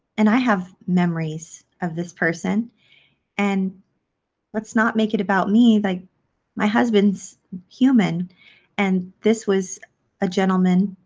and i have memories of this person and let's not make it about me like my husband's human and this was a gentleman